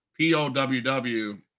POWW